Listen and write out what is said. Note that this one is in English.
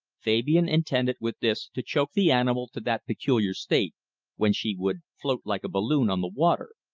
fabian intended with this to choke the animal to that peculiar state when she would float like a balloon on the water,